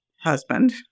husband